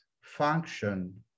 function